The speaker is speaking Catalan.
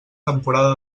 temporada